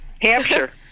Hampshire